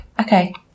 okay